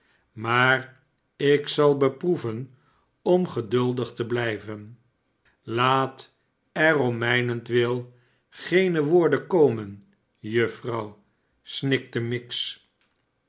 maar ik zal beproeven om geduldig te blijven laat er om mijnentwil geene woorden komen jutfrouw snikte miggs